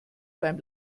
beim